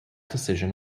decision